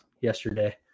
yesterday